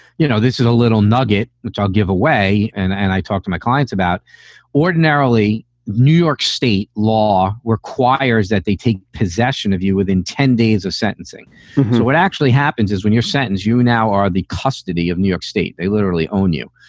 you know, this is a little nugget which i'll give away. and and i talk to my clients about ordinarily new york state law requires that they take possession of you within ten days of sentencing. so what actually happens is when you're sentence, you now are the custody of new york state. they literally own you.